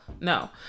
no